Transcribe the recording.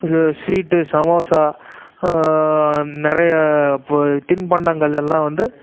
இது ஸ்வீட்டு சமோசா நிறைய தின்பண்டங்கள் எல்லாம் வந்து